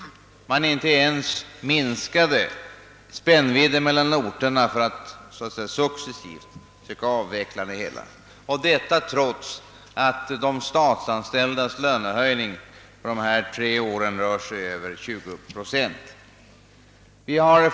Man ville inte ens minska spännvidden mellan orterna för att successivt söka avveckla systemet, trots att lönehöjningen för statsanställda under dessa tre år rört sig om över 20 procent.